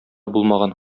булмаган